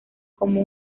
como